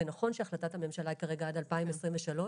זה נכון שהחלטת הממשלה היא כרגע עד שנת 2023,